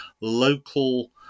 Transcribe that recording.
local